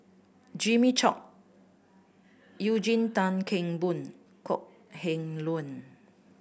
Jimmy Chok Eugene Tan Kheng Boon Kok Heng Leun